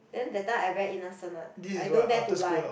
then that time I very innocent what I don't dare to lie